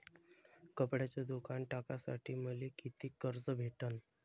कपड्याचं दुकान टाकासाठी मले कितीक कर्ज भेटन?